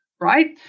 right